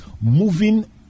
moving